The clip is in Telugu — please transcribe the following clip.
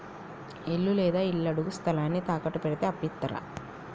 ఇల్లు లేదా ఇళ్లడుగు స్థలాన్ని తాకట్టు పెడితే అప్పు ఇత్తరా?